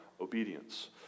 obedience